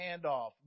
handoff